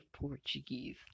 portuguese